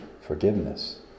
forgiveness